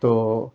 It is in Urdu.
تو